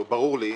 ברור לי,